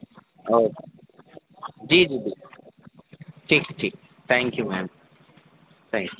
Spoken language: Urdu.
اوکے جی جی جی ٹھیک ہے ٹھیک thank you ma'am thank you